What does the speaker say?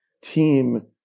team